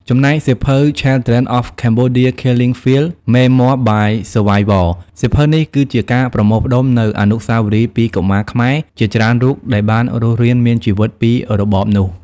ចំណែក សៀវភៅ Children of Cambodia’s Killing Fields: Memoirs by Survivors សៀវភៅនេះគឺជាការប្រមូលផ្តុំនូវអនុស្សាវរីយ៍ពីកុមារខ្មែរជាច្រើនរូបដែលបានរស់រានមានជីវិតពីរបបនោះ។